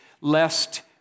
lest